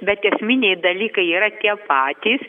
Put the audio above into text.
bet esminiai dalykai yra tie patys